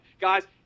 Guys